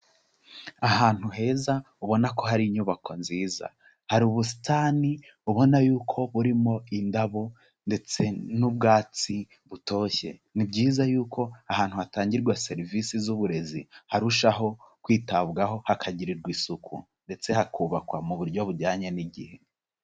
Ahantu heza ubona ko hari inyubako nziza, hari ubusitani ubona yuko burimo indabo ndetse n'ubwubatsi butoshye, ni byiza yuko ahantu hatangirwa serivisi z'uburezi harushaho kwitabwaho, hakagirirwa isuku ndetse hakubakwa mu buryo bujyanye n'igihe.